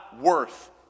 worth